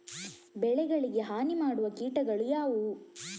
ಬೆಳೆಗಳಿಗೆ ಹಾನಿ ಮಾಡುವ ಕೀಟಗಳು ಯಾವುವು?